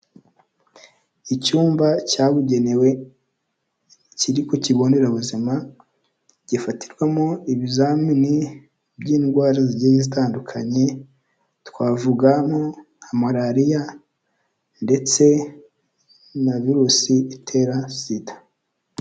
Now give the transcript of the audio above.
Icyumba cyabugenewe kiri ku kigo nderabuzima gifatirwamo ibizamini by'indwara zigiye zitandukanye, twavugamo nka malariya ndetse na virusi itera sida.